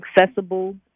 accessible